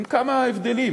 עם כמה הבדלים,